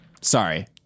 sorry